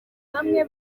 bamwe